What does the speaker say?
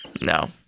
No